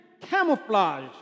camouflage